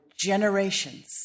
generations